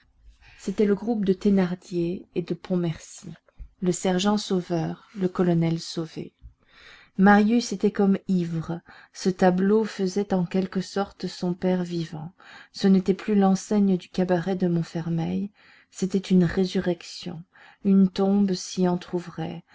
c'était le groupe de thénardier et de pontmercy le sergent sauveur le colonel sauvé marius était comme ivre ce tableau faisait en quelque sorte son père vivant ce n'était plus l'enseigne du cabaret de montfermeil c'était une résurrection une tombe s'y